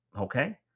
Okay